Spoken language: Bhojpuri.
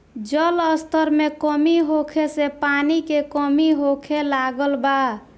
जल स्तर में कमी होखे से पानी के कमी होखे लागल बा